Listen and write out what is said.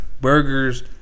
burgers